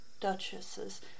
duchesses